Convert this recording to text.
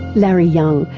larry young,